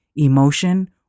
emotion